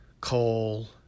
coal